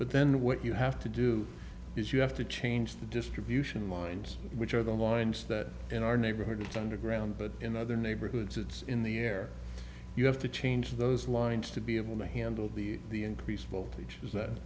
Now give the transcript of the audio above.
but then what you have to do is you have to change the distribution lines which are the lines that in our neighborhoods underground but in other neighborhoods it's in the air you have to change those lines to be able to handle the the increase of all ages that